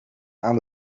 aan